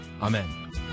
Amen